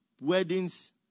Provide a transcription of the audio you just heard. Weddings